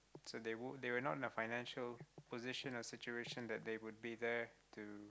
so they would they are not in the financial position or situation that they would be there to